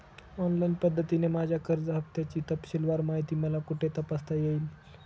Online पद्धतीने माझ्या कर्ज हफ्त्याची तपशीलवार माहिती मला कुठे तपासता येईल?